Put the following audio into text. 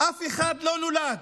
אף אחד לא נולד